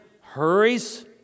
hurries